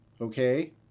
Okay